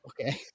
Okay